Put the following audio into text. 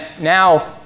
Now